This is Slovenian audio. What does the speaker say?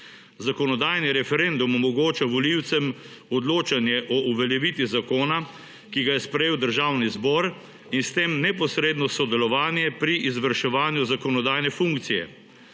Zakonodajni referendum omogoča volivcem odločanje o uveljavitvi zakona, ki ga je sprejel Državni zbor in s tem neposredno sodelovanje pri izvrševanju zakonodajne funkcije.